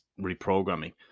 reprogramming